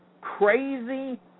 crazy